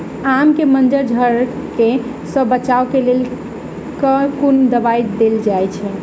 आम केँ मंजर झरके सऽ बचाब केँ लेल केँ कुन दवाई देल जाएँ छैय?